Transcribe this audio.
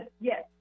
Yes